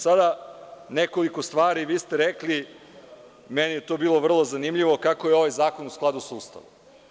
Sada nekoliko stvari, vi ste rekli, meni je to bilo vrlo zanimljivo, kako je ovaj zakon u skladu sa Ustavom.